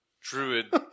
druid